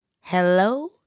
Hello